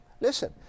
Listen